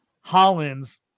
Hollins